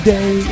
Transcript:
Day